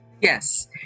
Yes